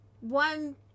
One